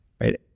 Right